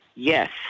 Yes